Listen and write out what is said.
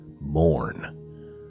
mourn